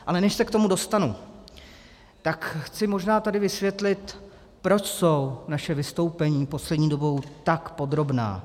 Ale než se k tomu dostanu, tak chci možná tady vysvětlit, proč jsou naše vystoupení poslední dobou tak podrobná.